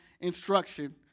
instruction